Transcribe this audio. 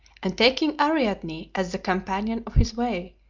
and taking ariadne as the companion of his way,